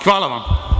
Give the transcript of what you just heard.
Hvala vam.